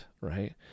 right